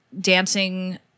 dancing